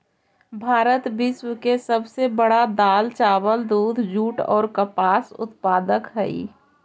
भारत विश्व के सब से बड़ा दाल, चावल, दूध, जुट और कपास उत्पादक हई